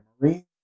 marine